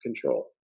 control